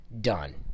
done